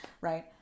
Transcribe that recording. Right